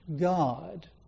God